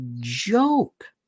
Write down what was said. joke